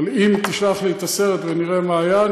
אבל אם תשלח לי את הסרט ונראה מה היה,